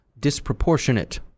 disproportionate